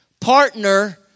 Partner